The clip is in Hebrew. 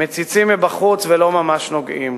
מציצים מבחוץ ולא ממש נוגעים.